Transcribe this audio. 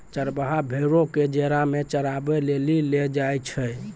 चरबाहा भेड़ो क जेरा मे चराबै लेली लै जाय छै